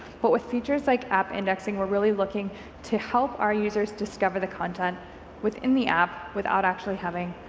but with features like app inteking, we're really looking to help our users discover the content within the app without actually having